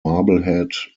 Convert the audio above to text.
marblehead